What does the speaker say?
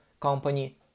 company